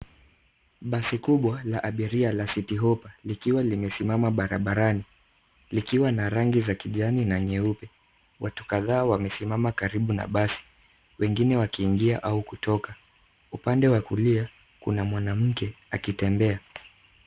Basi kubwa la abiria la Citi Hoppa likiwa limesimama barabarani, likiwa na rangi za kijani na nyeupe. Watu kadhaa wamesimama karibu na basi, wengine wakiingia au kutoka. Upande wa kulia, kuna mwanamke akitembea.